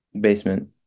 basement